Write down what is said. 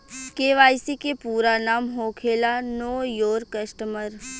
KYC के पूरा नाम होखेला नो योर कस्टमर